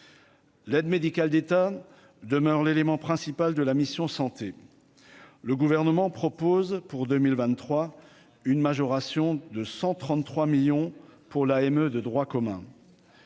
L'aide médicale d'État demeure l'élément principal de la mission Santé : le gouvernement propose pour 2023, une majoration de 133 millions pour l'AME de droit commun.